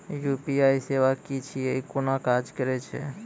UPI सेवा की छियै? ई कूना काज करै छै?